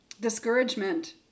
discouragement